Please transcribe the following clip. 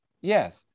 Yes